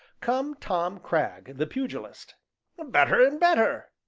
come tom cragg, the pugilist better and better!